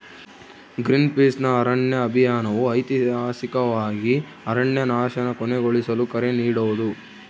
ಗ್ರೀನ್ಪೀಸ್ನ ಅರಣ್ಯ ಅಭಿಯಾನವು ಐತಿಹಾಸಿಕವಾಗಿ ಅರಣ್ಯನಾಶನ ಕೊನೆಗೊಳಿಸಲು ಕರೆ ನೀಡೋದು